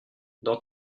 dans